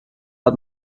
hat